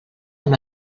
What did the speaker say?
amb